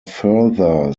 further